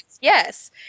Yes